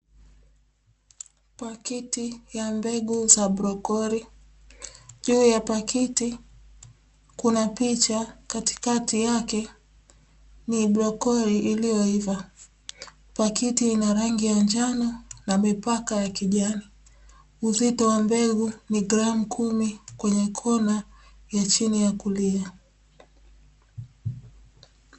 Pakiti ya mbegu za "brokoli''. Juu ya pakiti, kuna picha, katikati yake ni brokoli iliyoiva. Pakiti ina rangi ya njano na mipaka ya kijani. Uzito wa mbegu ni gramu kumi kwenye kona ya chini ya kulia.